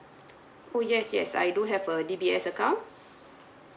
oh yes yes I do have a D_B_S account